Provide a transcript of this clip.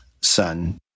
son